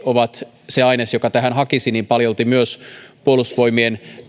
ovat se aines joka tähän hakisi on toki vähän sekin ajatus että paljolti myös puolustusvoimien